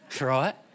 Right